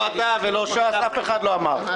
לא אתה ולא ש"ס, אף אחד לא אמר...